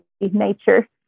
nature